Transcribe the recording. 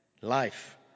life